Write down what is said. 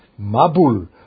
mabul